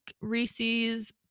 reese's